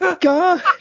god